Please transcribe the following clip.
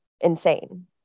insane